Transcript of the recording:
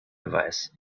device